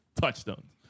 touchstones